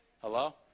Hello